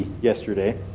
yesterday